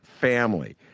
family